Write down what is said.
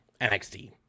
NXT